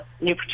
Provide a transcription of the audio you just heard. new